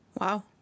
Wow